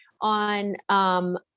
on